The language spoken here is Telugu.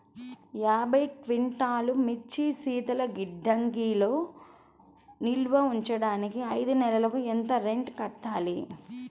యాభై క్వింటాల్లు మిర్చి శీతల గిడ్డంగిలో నిల్వ ఉంచటానికి ఐదు నెలలకి ఎంత రెంట్ కట్టాలి?